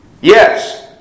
yes